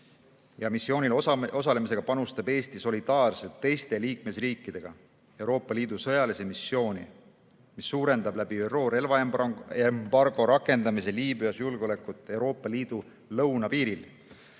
Missioonil osalemisega panustab Eesti solidaarselt teiste liikmesriikidega Euroopa Liidu sõjalisse missiooni, mis suurendab läbi ÜRO relvaembargo rakendamise Liibüas julgeolekut Euroopa Liidu lõunapiiril.